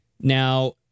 Now